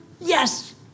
Yes